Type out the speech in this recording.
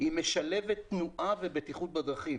היא משלבת תנועה ובטיחות בדרכים